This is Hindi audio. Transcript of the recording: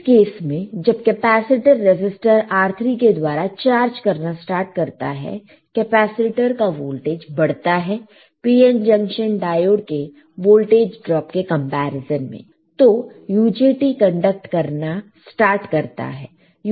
इस केस में जब कैपेसिटर रेसिस्टर R3 के द्वारा चार्ज करना स्टार्ट करता है कैपेसिटर का वोल्टेज बढ़ता है PN जंक्शन डायोड के वोल्टेज ड्रॉप के कंपैरिजन में तो UJT कंडक्ट करना स्टार्ट करता है